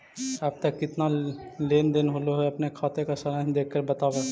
अब तक कितना लेन देन होलो हे अपने खाते का सारांश देख कर बतावा